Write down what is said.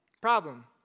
Problem